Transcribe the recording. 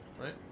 Right